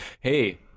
Hey